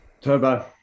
Turbo